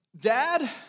Dad